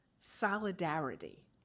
solidarity